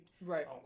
right